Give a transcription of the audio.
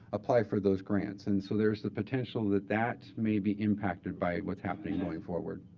apply for those grants. and so there's the potential that that may be impacted by what's happening going forward.